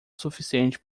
suficiente